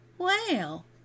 Well